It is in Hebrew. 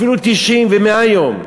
אפילו 90 ו-100 יום.